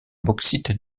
bauxite